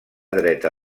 dreta